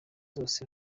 zose